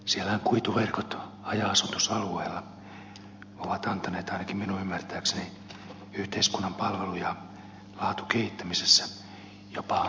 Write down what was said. siellähän kuituverkot haja asutusalueilla ovat antaneet ainakin minun ymmärtääkseni yhteiskunnan palvelu ja laatukehittämisessä jopa aikamoisenkin etumatkan monella mittarilla mitaten